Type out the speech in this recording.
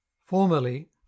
Formerly